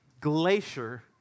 glacier